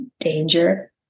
danger